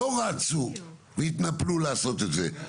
לא רצו והתנפלו לעשות את זה.